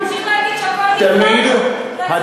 במקום להגיד שתפעל לצמצום הפערים אתה ממשיך להגיד